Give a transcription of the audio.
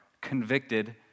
convicted